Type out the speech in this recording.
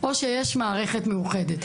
או שיש מערכת מאוחדת.